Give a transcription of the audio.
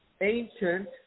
ancient